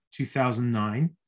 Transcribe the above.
2009